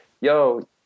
yo